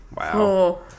wow